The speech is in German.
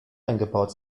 eingebaut